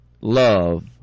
love